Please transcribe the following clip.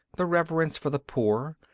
the reverence for the poor,